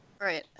Right